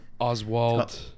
Oswald